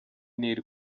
nil